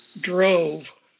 drove